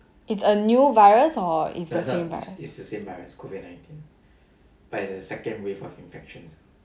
it's a new virus or is the same virus